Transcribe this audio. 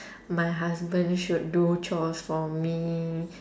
my husband should do chores for me